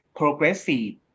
progressive